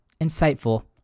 insightful